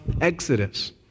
Exodus